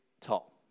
tall